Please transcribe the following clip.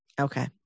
Okay